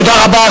תודה רבה.